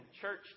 church